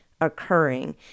occurring